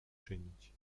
czynić